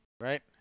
Right